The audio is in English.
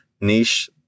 niche